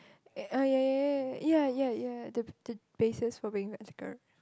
eh ya ya ya ya ya the the basis for being ethical